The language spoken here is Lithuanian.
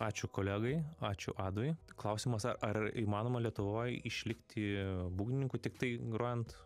ačiū kolegai ačiū adui klausimas ar įmanoma lietuvoj išlikti būgnininku tiktai grojant